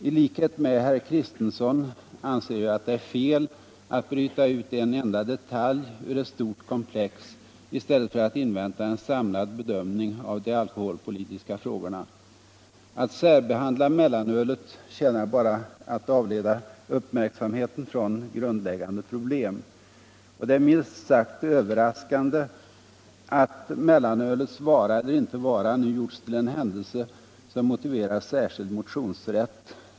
I likhet med herr Kristenson anser jag att det är fel att bryta ut en enda detalj ur ett stort komplex i stället för att invänta en samlad bedömning av de alkoholpolitiska frågorna. Att särbehandla mellanölet tjänar bara till att avleda uppmärksamheten från grundläggande problem. Det är milt sagt överraskande att mellanölets vara eller inte vara nu gjorts till en händelse som motiverar särskild motionsrätt.